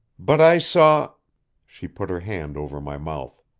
but i saw she put her hand over my mouth.